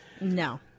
No